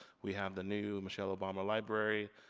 we have the new michelle obama library.